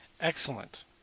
Excellent